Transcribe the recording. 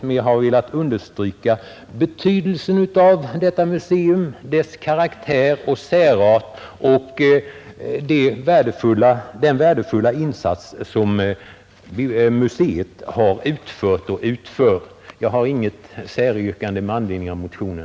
Jag har här velat understryka museets betydelse, dess karaktär och särart samt den värdefulla insats museet utfört och utför. Herr talman! Jag har inget säryrkande med anledning av motionen.